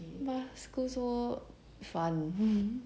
mah school so fun mmhmm